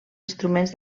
instruments